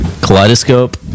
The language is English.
Kaleidoscope